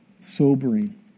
sobering